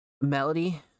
Melody